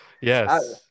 Yes